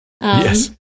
Yes